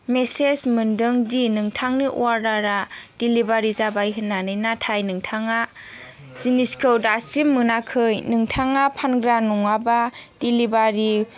message मोनदों दि नोंथांनि अर्डारा डेलिभारि जाबाय होननानै नाथाय नोंथाङा जिनिसखौ दासिम मोनाखै नोंथाङा फानग्रा नङाब्ला डेलिभारि